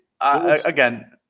again